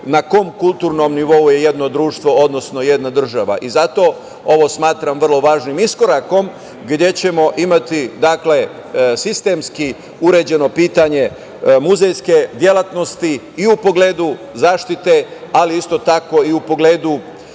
na kom kulturnom nivou je jedno društvo, odnosno jedna država. Zato ovo smatram vrlo važnim iskorakom, gde ćemo imati sistemski uređeno pitanje muzejske delatnosti i u pogledu zaštite, ali isto tako i u pogledu